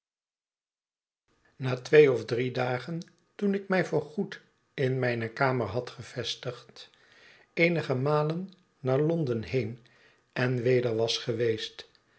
na twee of drie dagen toen ik mij voorgoed in mijne kamer had gevestigd eenige malen naar l on den heen en weder was geweest